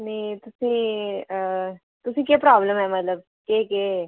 नेईं तुसें केह् प्राब्लम ऐ मतलब केह् केह्